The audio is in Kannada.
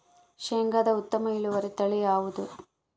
ಶೇಂಗಾದ ಉತ್ತಮ ಇಳುವರಿ ತಳಿ ಯಾವುದು?